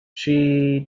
she